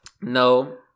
no